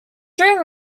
during